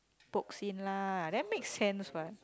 pokes in lah that makes sense what